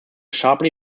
sharply